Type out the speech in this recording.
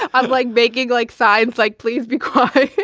i'm like big like syed's like, please, because